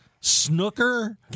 snooker